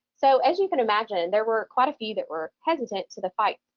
so as you can imagine, there were quite a few that were hesitant to the fight,